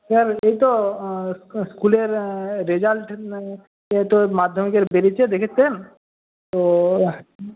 sir এই তো স্কুলের রেজাল্ট এই তো মাধ্যমিকের বেড়িয়েছে দেখেছেন তো